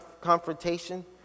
confrontation